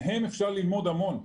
מהם אפשר ללמוד המון,